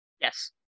Yes